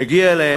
מגיע להם,